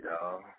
y'all